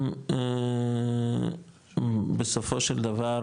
אם בסופו של דבר